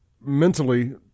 mentally